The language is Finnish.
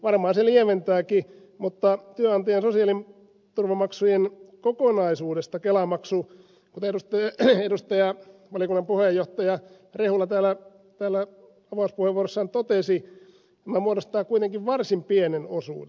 varmaan se lieventääkin mutta työnantajan sosiaaliturvamaksujen kokonaisuudesta kelamaksu kuten edustaja valiokunnan puheenjohtaja rehula täällä avauspuheenvuorossaan totesi muodostaa kuitenkin varsin pienen osuuden